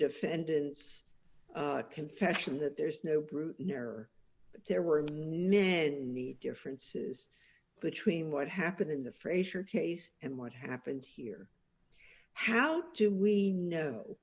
defendant's confession that there's no proof or there were men need differences between what happened in the frazier case and what happened here how do we know